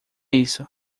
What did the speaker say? isso